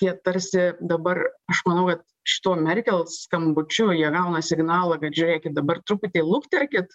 jie tarsi dabar aš manau kad šituo merkel skambučiu jie gauna signalą kad žiūrėkit dabar truputį lukterkit